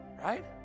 right